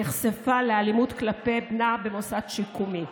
נחשפה לאלימות כלפי בנה במוסד שיקומי,